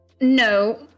No